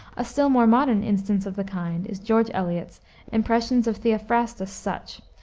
a still more modern instance of the kind is george eliot's impressions of theophrastus such,